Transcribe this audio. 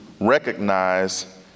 recognize